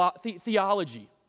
theology